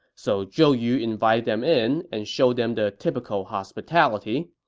so zhou yu invited them in and showed them the typical hospitality.